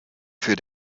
für